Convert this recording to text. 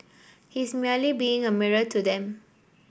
he's merely being a mirror to them